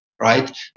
Right